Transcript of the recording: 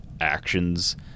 actions